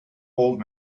old